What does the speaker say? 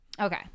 Okay